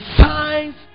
signs